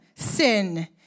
sin